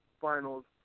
finals